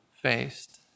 faced